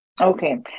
Okay